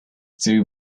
too